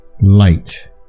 light